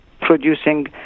producing